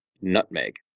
nutmeg